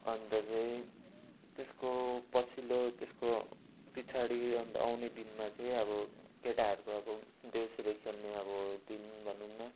अन्त चाहिँ त्यसको पछिल्लो त्यसको पछाडि अन्त आउने दिनमा चाहिँ अब केटाहरूको अब देउसिरे खेल्ने अब दिन भनौँ न